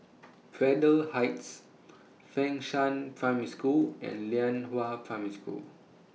Braddell Heights Fengshan Primary School and Lianhua Primary School